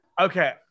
okay